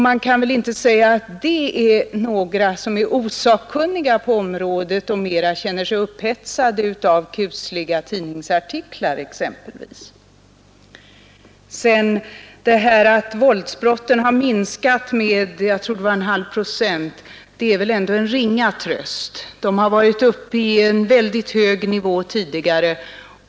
Man kan väl inte säga att de som skrivit detta är osakkunniga på området, vilka exempelvis skulle känna sig upphetsade av kusliga tidningsartiklar. Att våldsbrotten har minskat — med en halv procent, tror jag att det var — är väl ändå en ringa tröst. Vi har ju varit uppe på en väldigt hög nivå tidigare.